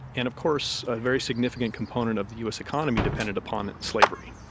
and of course a very significant component of the us economy depended upon slavery.